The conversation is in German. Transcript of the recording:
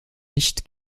nicht